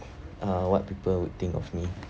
uh what people would think of me